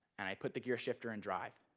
and i put the gear shifter in drive,